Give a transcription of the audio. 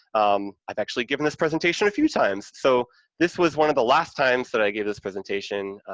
um, i've actually given this presentation a few times, so this was one of the last times that i gave this presentation,